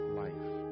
life